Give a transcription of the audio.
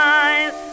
eyes